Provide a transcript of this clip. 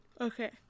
Okay